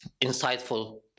insightful